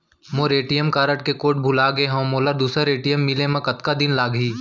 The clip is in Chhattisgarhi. मोर ए.टी.एम कारड के कोड भुला गे हव, मोला दूसर ए.टी.एम मिले म कतका दिन लागही?